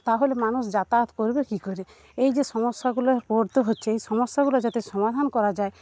তাহলে মানুষ যাতায়াত করবে কী করে এই যে সমস্যাগুলোয় পড়তে হচ্ছে এই সমস্যাগুলো যাতে সমাধান করা যায়